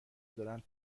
دارن